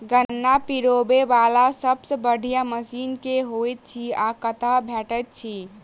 गन्ना पिरोबै वला सबसँ बढ़िया मशीन केँ होइत अछि आ कतह भेटति अछि?